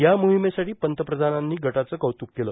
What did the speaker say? या मोहिमेसाठी पंतप्रधानांनी गटाचं कौत्रक केलं